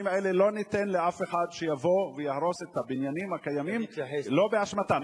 לא ניתן לאף אחד לבוא ולהרוס את הבניינים שקיימים לא באשמתם.